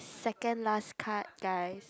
second last card guys